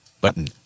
button